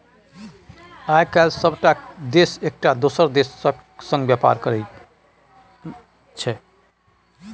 आय काल्हि सभटा देश एकटा दोसर देशक संग व्यापार कएल करैत छै